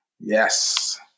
Yes